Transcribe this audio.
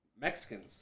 Mexicans